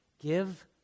Give